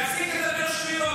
מדבר שטויות.